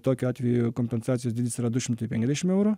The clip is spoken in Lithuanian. tokiu atveju kompensacijos dydis yra du šimtai penkiasdešim eurų